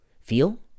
feel